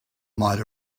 might